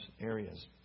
areas